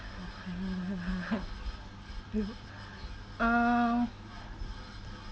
uh